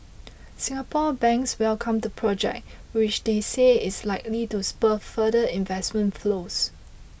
Singapore banks welcomed the project which they say is likely to spur further investment flows